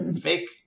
fake